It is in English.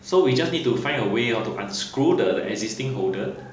so we just need to find a way lor to unscrew the existing holder